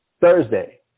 Thursday